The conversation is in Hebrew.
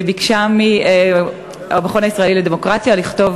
לבקש מהמכון הישראלי לדמוקרטיה לכתוב